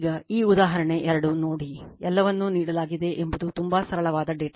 ಈಗ ಆ ಉದಾಹರಣೆ 2 ನೋಡಿ ಎಲ್ಲವನ್ನೂ ನೀಡಲಾಗಿದೆ ಎಂಬುದು ತುಂಬಾ ಸರಳವಾದ ಡೇಟಾ